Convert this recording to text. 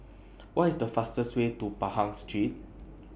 What IS The fastest Way to Pahang Street